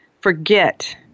forget